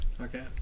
okay